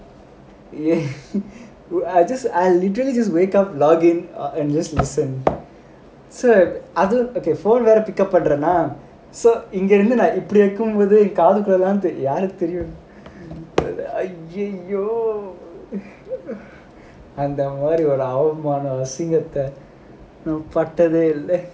ya I just I literally just wake up login and just listen so other okay phone வேற:vera pickup பண்றோமா:pandromaa so இங்க இருந்து இப்படி இருக்கும் போது காது குள்ளலாம் தெரியும் யாருக்கு தெரியும்:inga irunthu ippadi irukkum pothu kaathu kullalaam theriyum yaarukkum theriyum !aiyiyo! அந்த மாதிரி ஒரு அவமானம் அசிங்கத்தை பட்டதே இல்ல:antha maathiri oru avamaanam asingathai pattathae illa